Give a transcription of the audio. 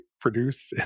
produce